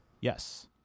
Yes